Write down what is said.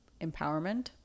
empowerment